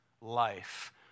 life